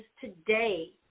today